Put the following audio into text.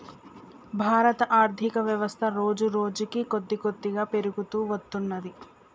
భారతదేశ ఆర్ధికవ్యవస్థ రోజురోజుకీ కొద్దికొద్దిగా పెరుగుతూ వత్తున్నది